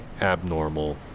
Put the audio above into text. abnormal